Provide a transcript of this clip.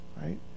right